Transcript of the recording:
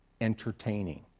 entertaining